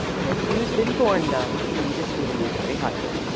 and if you'd been born dumb we'd esteem you very highly.